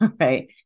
right